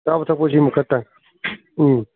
ꯆꯥꯕ ꯊꯛꯄꯁꯤꯃ ꯈꯔ ꯇꯥꯡꯏ ꯎꯝ